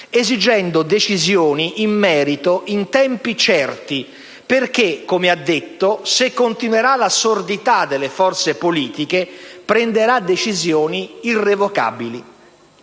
esigendo decisioni in merito in tempi certi perché, come ha detto, se continuerà la sordità delle forze politiche prenderà decisioni irrevocabili.